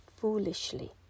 foolishly